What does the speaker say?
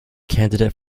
candidate